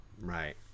Right